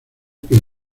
que